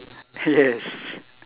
yes